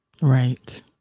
Right